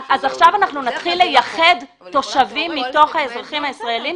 עכשיו אנחנו נתחיל לייחד תושבים מתוך האזרחים הישראלים?